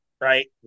right